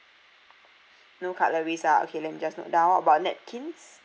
no cutleries ah okay let me just note down how about napkins